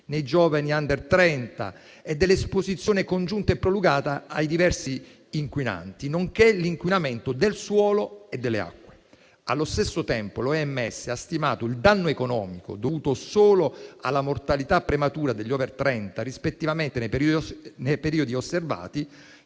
dei giovani *under* 30, dell'esposizione congiunta e prolungata ai diversi inquinanti, nonché l'inquinamento del suolo e delle acque. Allo stesso tempo, l'OMS ha stimato il danno economico, dovuto solo alla mortalità prematura degli *over* 30, rispettivamente nei periodi osservati,